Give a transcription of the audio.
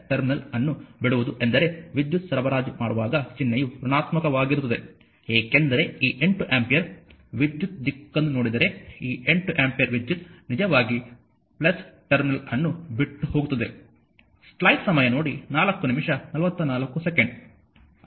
terminal ಅನ್ನು ಬಿಡುವುದು ಎಂದರೆ ವಿದ್ಯುತ್ ಸರಬರಾಜು ಮಾಡುವಾಗ ಚಿಹ್ನೆಯು ಋಣಾತ್ಮಕವಾಗಿರುತ್ತದೆ ಏಕೆಂದರೆ ಈ 8 ಆಂಪಿಯರ್ ವಿದ್ಯುತ್ ದಿಕ್ಕನ್ನು ನೋಡಿದರೆ ಈ 8 ಆಂಪಿಯರ್ ವಿದ್ಯುತ್ ನಿಜವಾಗಿ ಟರ್ಮಿನಲ್ ಅನ್ನು ಬಿಟ್ಟು ಹೋಗುತ್ತದೆ